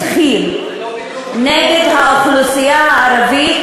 אם זה התחיל נגד האוכלוסייה הערבית,